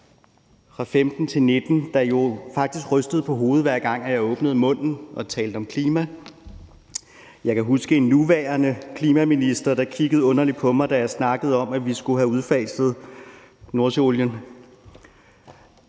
fra 2015-2019, der faktisk rystede på hovedet, hver gang jeg åbnede munden og talte om klima. Jeg kan huske, at den nuværende klimaminister kiggede underligt på mig, da jeg snakkede om, at vi skulle have udfaset nordsøolien.